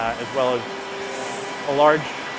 as well as a large,